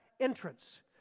entrance